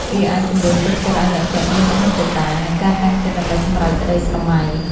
វាអាចជំរុញទឹកចិត្តឱ្យអ្នកពាក់មានមហិច្ឆតា និងការតាំងចិត្តដើម្បីសម្រេចក្តីស្រមៃ។